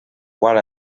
qual